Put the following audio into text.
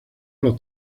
los